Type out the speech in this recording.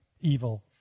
evil